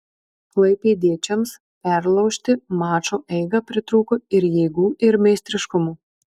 klaipėdiečiams perlaužti mačo eigą pritrūko ir jėgų ir meistriškumo